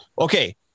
okay